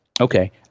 Okay